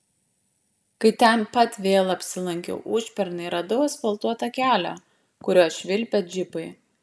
kai ten pat vėl apsilankiau užpernai radau asfaltuotą kelią kuriuo švilpė džipai